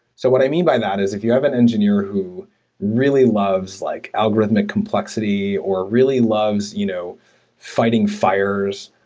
so what i mean by that is if you have an engineer who really loves like algor ithmic complexity or really loves you know fighting fires,